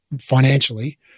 financially